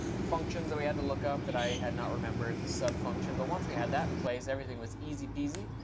functions that we had to look up that i had not remembered, the sub function. but once we had that in place, everything was easy peasy.